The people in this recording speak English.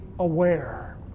aware